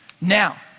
Now